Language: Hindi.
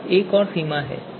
यह एक और सीमा है